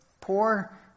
poor